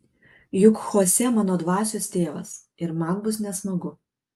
juk chosė mano dvasios tėvas ir man bus nesmagu